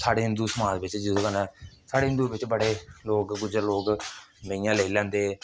साढ़े हिन्दू समाज बिच्च जेह्दे कन्नै साढ़े हिन्दू बिच्च बड़े लोक गुज्जर लोक मेइयां लेई लैंदे